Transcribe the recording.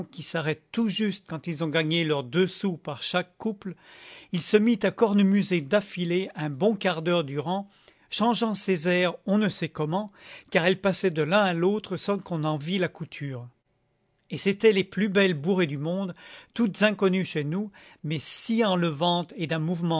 qui s'arrêtent tout juste quand ils ont gagné leurs deux sous par chaque couple il se mit à cornemuser d'affilée un bon quart d'heure durant changeant ses airs on ne sait comment car il passait de l'un à l'autre sans qu'on en vît la couture et c'était les plus belles bourrées du monde toutes inconnues chez nous mais si enlevantes et d'un